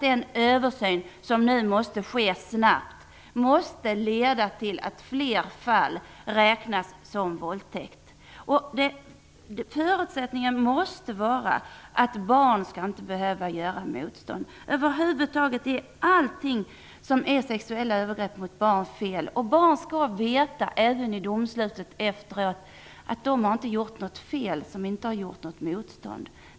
Den översyn som måste ske snabbt måste leda till att fler fall räknas som våldtäkt. Förutsättningen måste vara att barn inte skall behöva göra motstånd. Alla sexuella övergrepp mot barn är fel. Barn skall veta även genom domslutet efteråt att de inte har gjort något fel som inte har gjort motstånd.